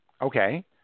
Okay